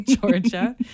georgia